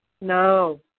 No